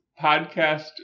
Podcast